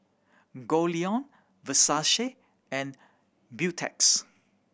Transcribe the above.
Goldlion Versace and Beautex